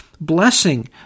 blessing